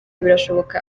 birashoboka